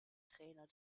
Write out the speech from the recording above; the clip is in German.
trainer